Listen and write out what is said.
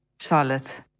Charlotte